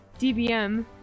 DBM